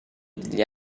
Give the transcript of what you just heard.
degli